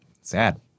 Sad